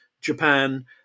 Japan